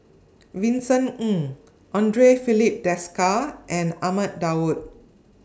Vincent Ng Andre Filipe Desker and Ahmad Daud